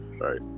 Right